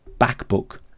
backbook